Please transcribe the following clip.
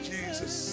Jesus